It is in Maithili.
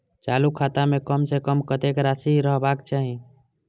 चालु खाता में कम से कम कतेक राशि रहबाक चाही?